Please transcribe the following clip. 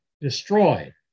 destroyed